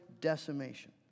decimation